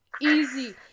easy